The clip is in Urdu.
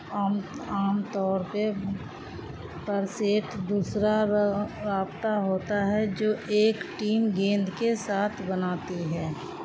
عام عام طور پہ پرسیٹ دوسرا رابطہ ہوتا ہے جو ایک ٹیم گیند کے ساتھ بناتی ہے